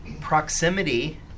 Proximity